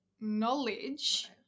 knowledge